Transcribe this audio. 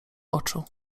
oczu